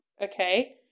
okay